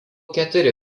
keturi